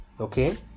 Okay